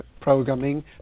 programming